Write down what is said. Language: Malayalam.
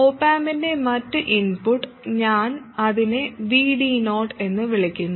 ഒപ് ആമ്പിന്റെ മറ്റ് ഇൻപുട്ട് ഞാൻ അതിനെ Vd0 എന്ന് വിളിക്കുന്നു